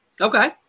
Okay